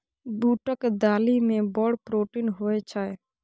बूटक दालि मे बड़ प्रोटीन होए छै